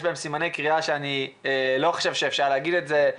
עם סימני קריאה שאני חושב שאי אפשר להגיד את זה.